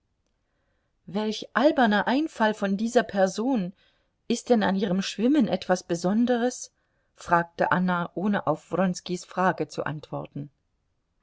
welch alberner einfall von dieser person ist denn an ihrem schwimmen et was besonderes fragte anna ohne auf wronskis frage zu antworten